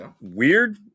weird